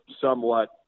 somewhat